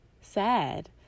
sad